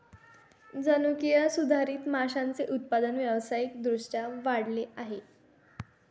जनुकीय सुधारित माशांचे उत्पादन व्यावसायिक दृष्ट्या वाढले आहे